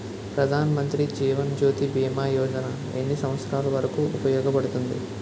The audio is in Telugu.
ప్రధాన్ మంత్రి జీవన్ జ్యోతి భీమా యోజన ఎన్ని సంవత్సారాలు వరకు ఉపయోగపడుతుంది?